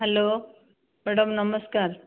hello madam ନମସ୍କାର